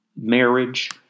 marriage